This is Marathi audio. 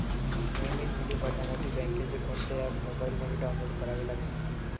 नियमित बिले भरण्यासाठी बँकेचे कोणते ऍप मोबाइलमध्ये डाऊनलोड करावे लागेल?